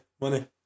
Money